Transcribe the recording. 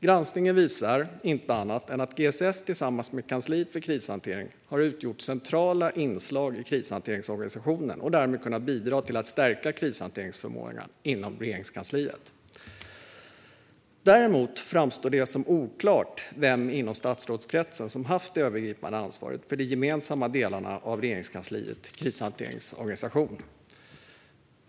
Granskningen visar inte annat än att GSS tillsammans med kansliet för krishantering har utgjort centrala inslag i krishanteringsorganisationen och därmed kunnat bidra till att stärka krishanteringsförmågan inom Regeringskansliet. Däremot framstår det som oklart vem inom statsrådskretsen som har haft det övergripande ansvaret för de gemensamma delarna av Regeringskansliets krishanteringsorganisation.